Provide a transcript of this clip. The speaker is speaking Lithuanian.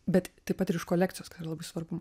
bet taip pat ir iš kolekcijos kad labai svarbu man